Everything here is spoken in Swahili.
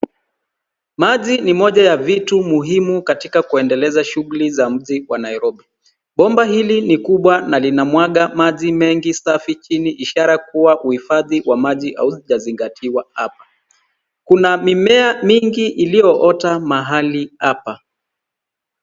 Maji ni moja ya vitu muhimu katika kuendeleza shughuli za mji wa Nairobi. Bomba hili ni kubwa na linamwaga maji mengi safi chini, ishara kuwa uhifadhi wa maji haujazingatiwa hapa. Kuna mimea mingi iliyoota mahali hapa.